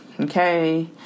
okay